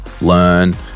learn